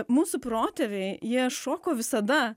mūsų protėviai jie šoko visada